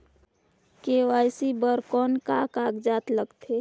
KYC बर कौन का कागजात लगथे?